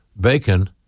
bacon